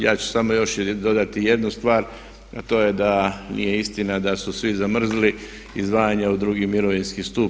Ja ću samo još dodati jednu stvar, a to je da nije istina da su svi zamrzli izdvajanja u drugi mirovinski stup.